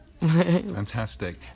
Fantastic